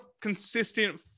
consistent